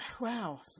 Wow